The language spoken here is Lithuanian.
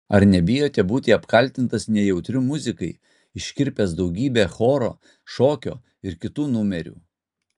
ar nebijote būti apkaltintas nejautriu muzikai iškirpęs daugybę choro šokio ir kitų numerių